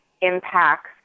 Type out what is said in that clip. impacts